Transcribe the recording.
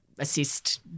Assist